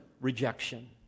rejection